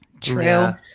True